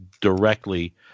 directly